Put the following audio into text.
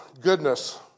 Goodness